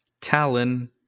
Talon